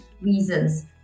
reasons